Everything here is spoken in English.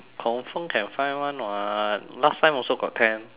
confirm can find [one] [what] last time also got tent